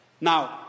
Now